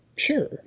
Sure